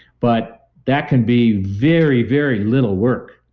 but that can be very, very little work.